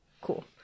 cool